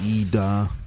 Ida